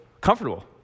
Comfortable